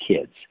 kids